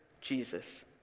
Jesus